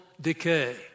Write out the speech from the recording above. decay